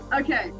Okay